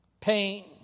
pain